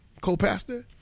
co-pastor